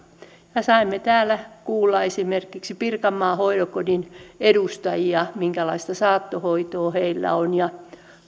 me saimme täällä kuulla esimerkiksi pirkanmaan hoitokodin edustajilta minkälaista saattohoitoa heillä on ja